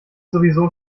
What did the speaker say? sowieso